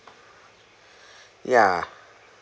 yeah